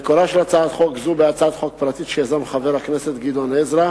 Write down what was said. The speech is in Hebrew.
מקורה של הצעת חוק זו בהצעת חוק פרטית שיזם חבר הכנסת גדעון עזרא.